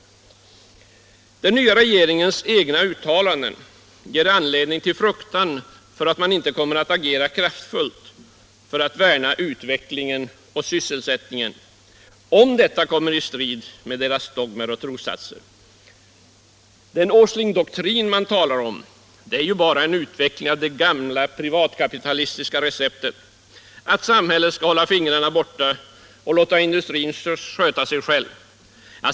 Den nya regeringens egna uttalanden ger anledning till fruktan för att man inte kommer att agera kraftfullt, för att värna utveckling och sysselsättning, om detta kommer i strid med de borgerligas dogmer och trossatser. Den ”Åslingdoktrin” man talar om är ju bara en utveckling av det gamla privatkapitalistiska receptet, att samhället skall hålla fingrarna borta och låta industrin sköta sig själv.